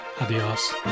adios